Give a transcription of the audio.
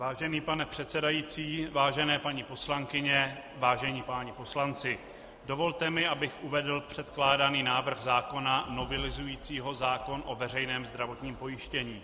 Vážený pane předsedající, vážené paní poslankyně, vážení páni poslanci, dovolte mi, abych uvedl předkládaný návrh zákona novelizující zákon o veřejném zdravotním pojištění.